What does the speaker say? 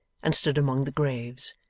and stood among the graves.